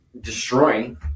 Destroying